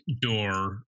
door